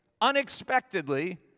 unexpectedly